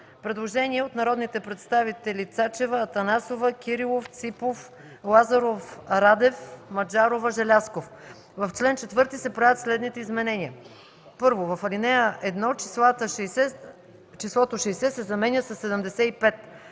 Предложение от народните представители Цачева, Атанасова, Кирилов, Ципов, Лазаров, Радев, Маджарова и Желязков – в чл. 4 се правят следните изменения: 1. в ал. 1 числото „60” се заменя със